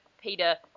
Peter